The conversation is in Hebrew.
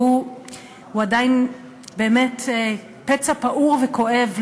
והוא עדיין פצע פעור וכואב,